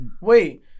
Wait